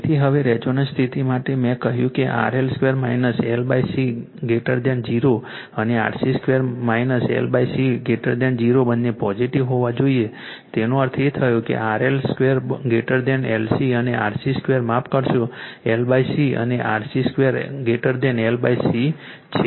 તેથી હવે રેઝોનન્ટ સ્થિતિ માટે મેં કહ્યું કે RL2 LC 0 અને RC2 LC 0 બંને પોઝિટીવ હોવા જોઈએ તેનો અર્થ એ થયો કે RL2 LC અને RC2 માફ કરશો LC અને RC2 L C છે